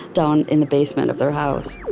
down in the basement of their house